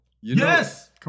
Yes